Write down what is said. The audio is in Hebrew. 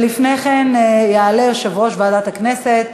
לפני כן יעלה יושב-ראש ועדת הכנסת,